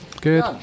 Good